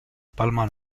palma